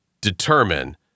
determine